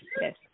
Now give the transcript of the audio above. Yes